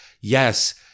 Yes